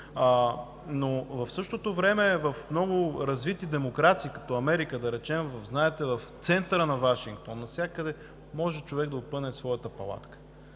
си. В същото време в много развити демокрации, като Америка да речем – знаете, че в центъра на Вашингтон навсякъде човек може да опъне своята палатка